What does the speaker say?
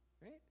right